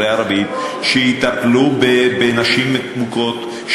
שיטפלו בנשים מוכות,